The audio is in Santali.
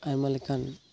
ᱟᱭᱢᱟ ᱞᱮᱠᱟᱱ